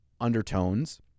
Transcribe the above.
undertones